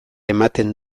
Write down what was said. ematen